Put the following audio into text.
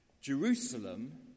Jerusalem